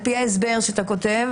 על פי ההסבר שאתה כותב,